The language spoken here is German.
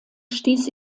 stieß